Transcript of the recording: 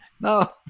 no